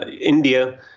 India